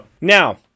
now